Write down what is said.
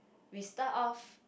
we start off